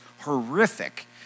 horrific